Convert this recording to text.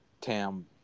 Tam